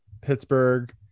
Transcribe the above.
Pittsburgh